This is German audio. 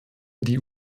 die